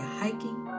hiking